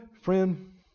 Friend